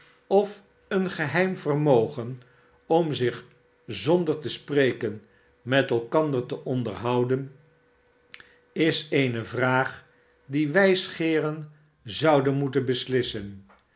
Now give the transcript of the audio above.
of een geheim vermogen om zich zonder te spreken met elkander te onderhouden is eene vraag die wijsgeeren zouden moeten beslissen